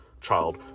child